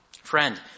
Friend